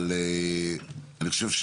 אבל אני חושב,